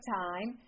time